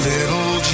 Little